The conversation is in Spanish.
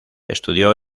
estudió